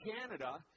Canada